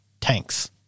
Tanks